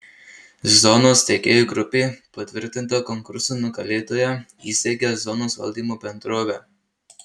zonos steigėjų grupė patvirtinta konkurso nugalėtoja įsteigia zonos valdymo bendrovę